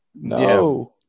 No